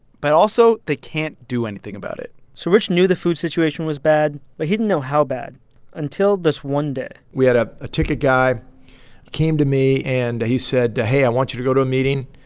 but also, they can't do anything about it so rich knew the food situation was bad, but he didn't know how bad until this one day we had ah a ticket guy came to me, and he said, hey, i want you to go to a meeting.